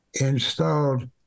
installed